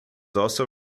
also